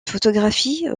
photographie